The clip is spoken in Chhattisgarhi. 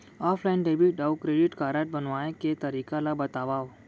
ऑफलाइन डेबिट अऊ क्रेडिट कारड बनवाए के तरीका ल बतावव?